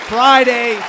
Friday